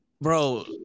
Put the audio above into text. Bro